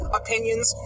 opinions